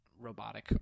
robotic